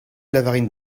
lavarin